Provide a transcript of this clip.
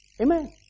Amen